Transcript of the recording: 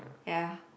ya